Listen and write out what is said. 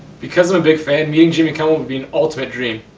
because i'm a big fan, meeting jimmy kimmel would be an ultimate dream.